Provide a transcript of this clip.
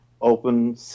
open